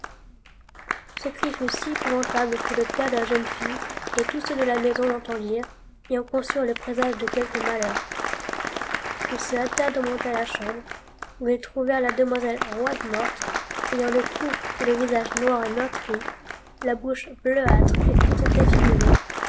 ce cri fut si épouvantable que le père de la jeune fille et tous ceux de la maison l'entendirent et en conçurent le présage de quelque malheur ils se hâtèrent de monter à la chambre où ils trouvèrent la demoiselle roide morte ayant le cou et le visage noir et meurtri la bouche bleuâtre et toute défigurée